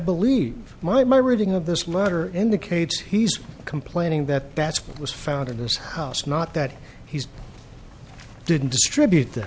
believe my my reading of this letter indicates he's complaining that that's what was found in this house not that he didn't distribute t